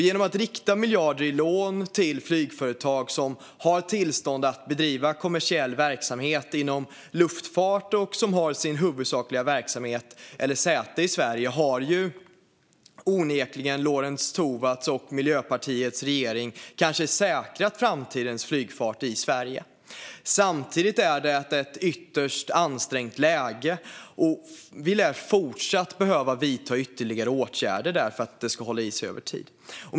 Genom att rikta miljarder i lån till flygföretag som har tillstånd att bedriva kommersiell verksamhet inom luftfart och som har sin huvudsakliga verksamhet eller sitt säte i Sverige har onekligen Lorentz Tovatts och Miljöpartiets regering bidragit till att säkra framtidens flygfart i Sverige. Samtidigt är detta ett ytterst ansträngt läge, och vi lär därför behöva vidta ytterligare åtgärder för att säkra flygfarten över tid.